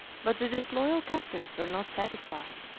but the disloyal captains were not satisfied,